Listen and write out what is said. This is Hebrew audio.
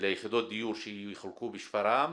וליחידות הדיור שיחולקו בשפרעם,